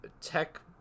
tech